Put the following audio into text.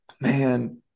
man